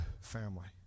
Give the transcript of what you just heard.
family